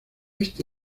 este